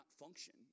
function